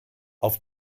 auf